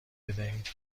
بدهید